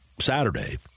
Saturday